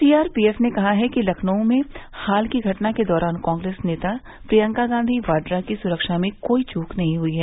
सी R P F ने कहा कि लखनऊ में हाल की घटना के दौरान कांग्रेस नेता प्रियंका गांधी वाड्रा की सुरक्षा में कोई चूक नहीं हई है